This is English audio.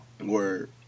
Word